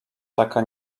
taka